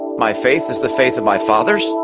my faith is the faith of my fathers.